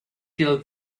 till